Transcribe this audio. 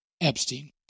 Epstein